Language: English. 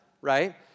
right